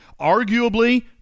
Arguably